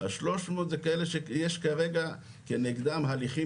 ה-300 זה כאלה שיש כרגע כנגדם הליכים